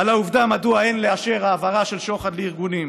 על העובדה מדוע אין לאשר העברה של שוחד לארגונים.